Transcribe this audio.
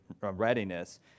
readiness